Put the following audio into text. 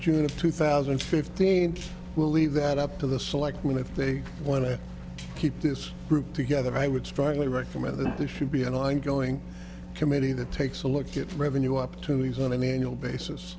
june of two thousand and fifteen we'll leave that up to the selectmen if they want to keep this group together i would strongly recommend that there should be an ongoing committee that takes a look at revenue opportunities on an annual basis